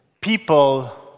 people